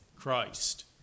Christ